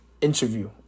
interview